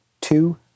two